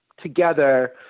together